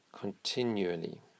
continually